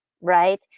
right